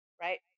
Right